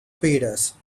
peters